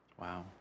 Wow